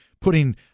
putting